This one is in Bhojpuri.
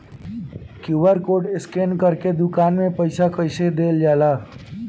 क्यू.आर कोड स्कैन करके दुकान में पईसा कइसे देल जाला?